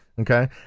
Okay